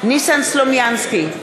ניסן סלומינסקי,